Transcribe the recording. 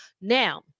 now